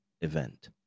event